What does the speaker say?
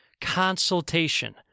consultation